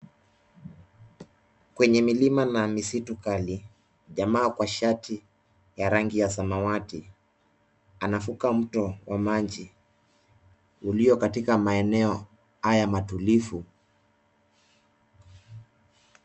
Kwenye milima na misitu kali, jamaa kwa shati ya rangi ya samawati, anavuka mto wa maji ulio katika maeneo haya matulivu.